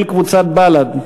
של קבוצת בל"ד.